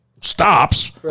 stops